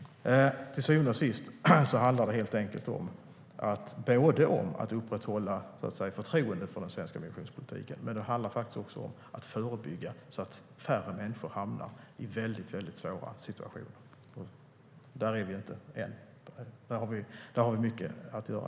Till syvende och sist handlar det helt enkelt om att upprätthålla förtroendet för den svenska migrationspolitiken, men det handlar också om att förebygga så att färre människor hamnar i väldigt svåra situationer. Där är vi inte ännu. Där finns det mycket kvar att göra.